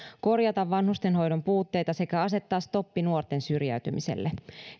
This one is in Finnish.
korjata vanhustenhoidon puutteita sekä asettaa stoppi nuorten syrjäytymiselle